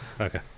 Okay